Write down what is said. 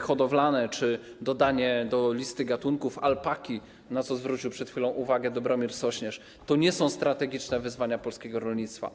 hodowlane czy dodanie do listy gatunków alpaki, na co zwrócił przed chwilą uwagę Dobromir Sośnierz, to nie są strategiczne wyzwania polskiego rolnictwa.